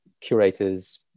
curators